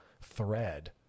thread